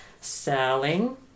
selling